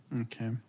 Okay